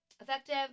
effective